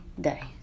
day